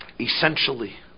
Essentially